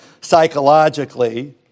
psychologically